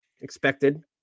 expected